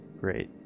Great